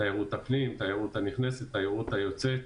תיירות הפנים, התיירות הנכנסת, התיירות היוצאת.